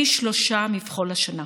פי שלושה מבכל שנה.